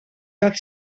tot